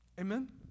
Amen